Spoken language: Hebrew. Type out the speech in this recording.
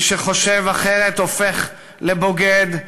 מי שחושב אחרת הופך לבוגד,